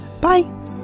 Bye